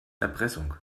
erpressung